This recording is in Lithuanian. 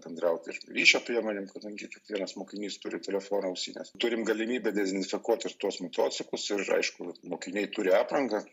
bendrauti ir ryšio priemonėm kadangi kiekvienas mokinys turi telefoną ausines turim galimybę dezinfekuot ir tuos motociklus ir aišku mokiniai turi aprangą